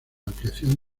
ampliación